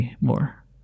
more